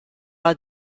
alla